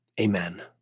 Amen